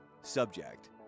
subject